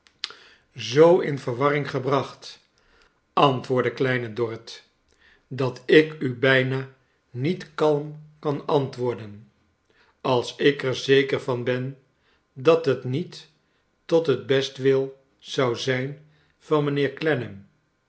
zoo in ver warring gebracht antwoordde kleine dorrit dat ik u bijna niet kalm kan antwoorden als ik er zeker van ben dat het niet tot het bestwil zou zijn van mijnheer